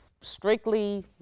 strictly